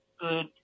good